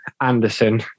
Anderson